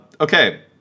Okay